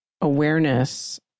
awareness